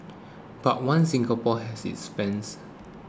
but One Singapore has its fans